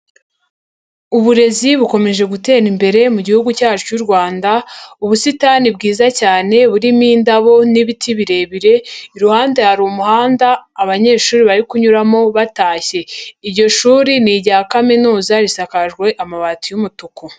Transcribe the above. Uburezi bukomeje gutera imbere mu gihugu cyacu cy'u Rwanda, ubusitani bwiza cyane burimo indabo n'ibiti birebire, iruhande hari umuhanda abanyeshuri bari kunyuramo batashye. Iryo shuri ni irya kaminuza risakajwe amabati y'umutuku.